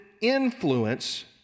influence